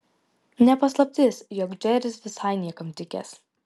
ne paslaptis jog džeris visai niekam tikęs